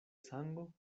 sango